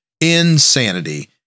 Insanity